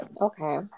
okay